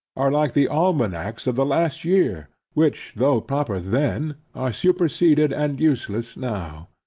are like the almanacks of the last year which, though proper then, are superceded and useless now.